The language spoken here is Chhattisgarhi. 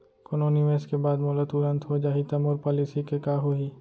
कोनो निवेश के बाद मोला तुरंत हो जाही ता मोर पॉलिसी के का होही?